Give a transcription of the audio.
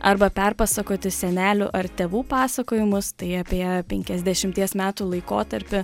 arba perpasakoti senelių ar tėvų pasakojimus tai apie penkiasdešimties metų laikotarpį